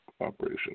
operation